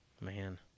man